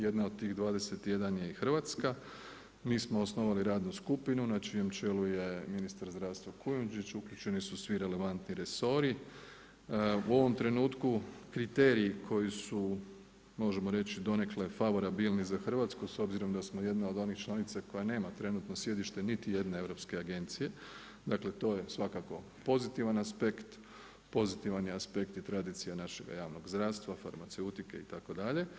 Jedna od tih 21 je i Hrvatska, mi smo osnovali radnu skupinu, znači na čelu je ministar zdravstva Kujundžić, uključeni su svi relevantni resori, u ovom trenutku kriteriji koji su možemo reći, donekle favorobilni za Hrvatsku s obzirom da smo jedna od onih članica koja nema trenutno sjedište niti jedne europske agencije, to je svakako pozitivan aspekt, pozitivan je aspekt i tradicija našeg javnog zdravstva, farmaceutike, itd.